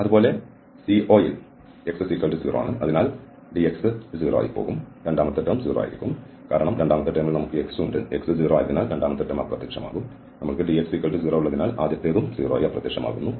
അതുപോലെ CO യിൽ x0 ആണ് അതിനാൽ dx ടേം 0 ആയിരിക്കും രണ്ടാമത്തെ ടേം 0 ആയിരിക്കും കാരണം രണ്ടാമത്തെ ടേമിൽ നമുക്ക് ഈ x ഉണ്ട് x0 ആയതിനാൽ രണ്ടാമത്തെ ടേം അപ്രത്യക്ഷമാകും നമ്മൾക്ക് dx0 ഉള്ളതിനാൽ ആദ്യത്തേത് അപ്രത്യക്ഷമാകും